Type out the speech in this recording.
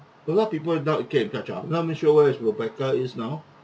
a lot of people not kept in touch ah not even sure where is rebecca is now